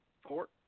four